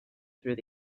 through